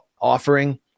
offering